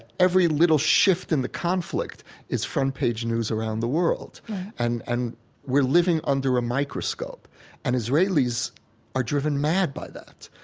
every little shift in the conflict is front-page news around the world right and and we're living under a microscope and israelis are driven mad by that.